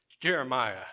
Jeremiah